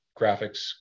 graphics